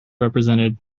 represented